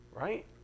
Right